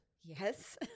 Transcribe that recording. Yes